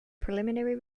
preliminary